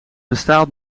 bestaat